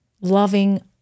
loving